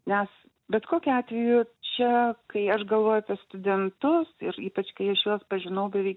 nes bet kokiu atveju čia kai aš galvoju apie studentus ir ypač kai aš juos pažinau beveik